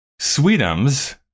Sweetums